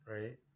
right